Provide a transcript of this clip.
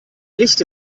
licht